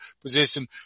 position